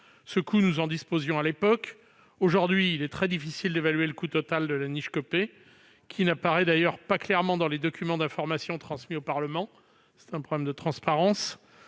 Ce coût, nous en avions connaissance à l'époque ; aujourd'hui, il est très difficile d'évaluer le coût total de la niche Copé, qui n'apparaît d'ailleurs pas clairement dans les documents d'information transmis au Parlement, ce qui pose un problème de transparence.